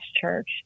church